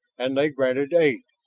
and they granted aid.